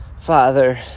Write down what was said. father